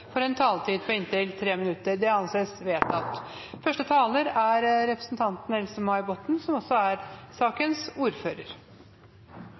får en taletid på inntil 3 minutter. – Det anses vedtatt. Dette er